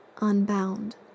unbound